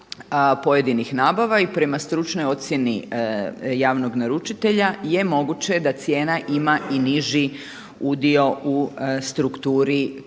pojedinih nabava i prema stručnoj ocjeni javnog naručitelja je moguće da cijena ima i niži udio u strukturi kriterija